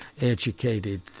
educated